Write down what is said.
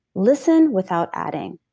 listen without adding.